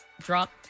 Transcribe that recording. Drop